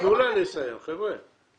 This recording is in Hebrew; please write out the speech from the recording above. שיעשו גיוס המונים, שימכרו את הבית שלהם.